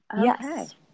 Yes